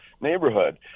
neighborhood